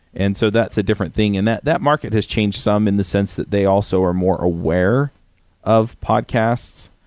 and so, that's a different thing, and that that market has changed some in the sense that they also are more aware of podcasts.